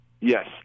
Yes